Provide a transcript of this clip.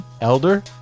elder